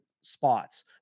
spots